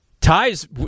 Ties